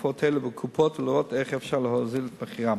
תרופות אלו בקופות ולראות איך אפשר להוזיל את מחיריהן.